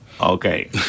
Okay